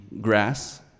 grass